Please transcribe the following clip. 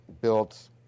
built